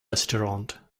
restaurant